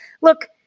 Look